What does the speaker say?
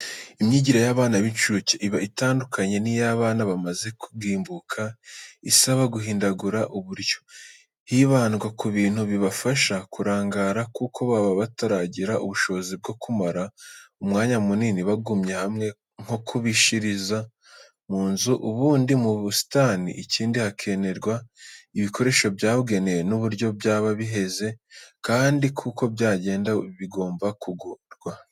Imyigire y'abana b'incuke iba itandukanye n'iy'abana bamaze kugimbuka, isaba guhindagura uburyo, hibandwa ku bintu bibafasha kurangara kuko baba bataragira ubushobozi bwo kumara umwanya munini bagumye hamwe, nko kubishiriza mu nzu, ubundi mu busitani, ikindi hakenerwa ibikoresho byabugenewe, n'ubwo byaba bihenze nta kundi byagenda bigomba kugurwa.